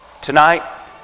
Tonight